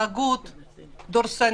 לא התנהגות דורסנית,